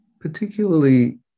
particularly